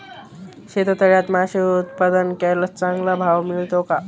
शेततळ्यात मासे उत्पादन केल्यास चांगला भाव मिळतो का?